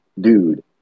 dude